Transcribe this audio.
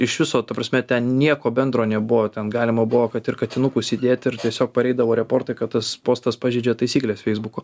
iš viso ta prasme ten nieko bendro nebuvo ten galima buvo kad ir katinukus įdėt ir tiesiog pareidavo reportai kad tas postas pažeidžia taisykles feisbuko